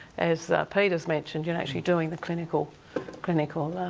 as peter's mentioned, you know actually doing the clinical clinical